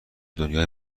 دنیای